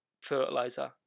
fertilizer